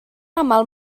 aml